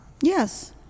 Yes